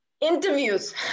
interviews